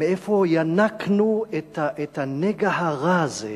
מאיפה ינקנו את הנגע הרע הזה,